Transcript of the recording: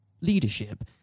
leadership